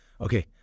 Okay